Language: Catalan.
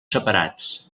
separats